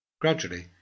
Gradually